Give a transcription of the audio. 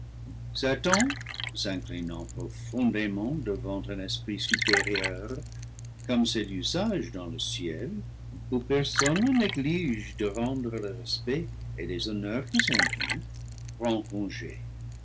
satan s'inclinant profondément devant un esprit supérieur comme c'est l'usage dans le ciel où personne ne néglige de rendre le respect et les honneurs qui sont dus prend congé